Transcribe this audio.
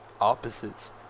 opposites